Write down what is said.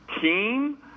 team